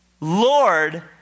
Lord